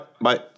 Bye